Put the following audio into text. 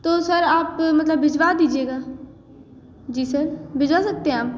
तो सर आप मतलब भिजवा दीजिएगा जी सर भिजवा सकते हैं आप